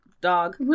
dog